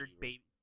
baby